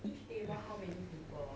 each table how many people